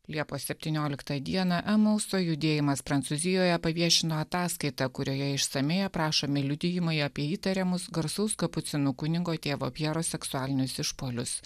liepos septynioliktą dieną emulso judėjimas prancūzijoje paviešino ataskaitą kurioje išsamiai aprašomi liudijimai apie įtariamus garsus kapucinų kunigo tėvo pjero seksualinius išpuolius